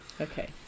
Okay